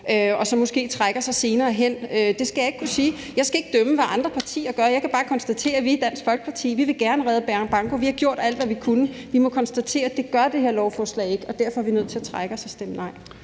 og så måske trækker sig senere hen; det skal jeg ikke kunne sige. Jeg skal ikke dømme, hvad andre partier gør. Jeg kan bare konstatere, at vi i Dansk Folkeparti gerne vil redde bankoforeningerne. Vi har gjort alt, hvad vi kunne, og vi må konstatere, at det gør det her lovforslag ikke, og derfor er vi nødt til at trække os og stemme nej.